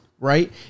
Right